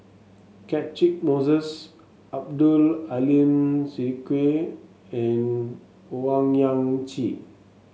Catchick Moses Abdul Aleem Siddique and Owyang Chi